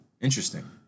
interesting